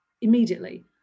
immediately